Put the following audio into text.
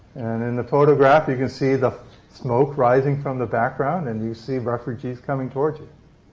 and in the photograph, you can see the smoke rising from the background, and you see refugees coming towards you.